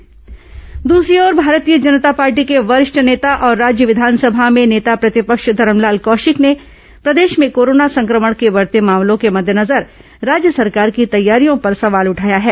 corona समाचार जागरूकता द्सरी ओर भारतीय जनता पार्टी के वरिष्ठ नेता और राज्य विधानसभा में नेता प्रतिपक्ष धरमलाल कौशिक ने प्रदेश में कोरोना संक्रमण के बढ़ते मामलों के मद्देनजर राज्य सरकार की तैयारियों पर सवाल उठाया है